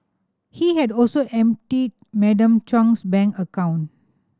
he had also emptied Madam Chung's bank account